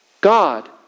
God